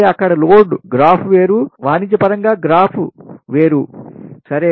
అక్కడ load graph వేరు వాణిజ్యపరం గ్రాఫ్ వేరుసరే